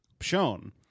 shown